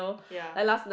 ya